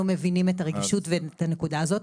מבינים את הרגישות ואת הנקודה הזאת.